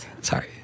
sorry